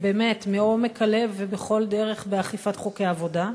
באמת מעומק הלב ובכל דרך, באכיפת חוקי עבודה.